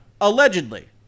Allegedly